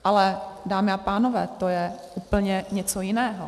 Ale dámy a pánové, to je úplně něco jiného.